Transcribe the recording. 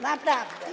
Naprawdę.